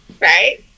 Right